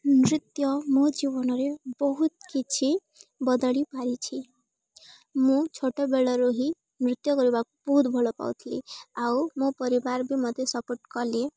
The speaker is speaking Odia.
ନୃତ୍ୟ ମୋ ଜୀବନରେ ବହୁତ କିଛି ବଦଳି ପାରିଛି ମୁଁ ଛୋଟବେଳରୁ ହିଁ ନୃତ୍ୟ କରିବା ବହୁତ ଭଲ ପାଉଥିଲି ଆଉ ମୋ ପରିବାର ବି ମୋତେ ସପୋର୍ଟ କଲେ